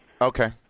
Okay